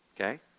okay